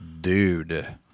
Dude